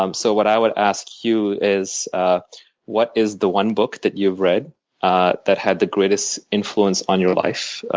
um so what i would ask you is ah what is the one book that you've read ah that had the greatest influence on your life?